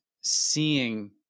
seeing